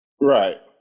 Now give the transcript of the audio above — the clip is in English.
Right